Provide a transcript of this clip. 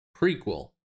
Prequel